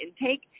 intake